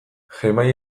gmail